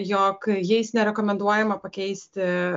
jog jais nerekomenduojama pakeisti